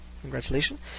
congratulations